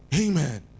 Amen